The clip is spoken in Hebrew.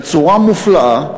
בצורה מופלאה,